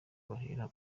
bahera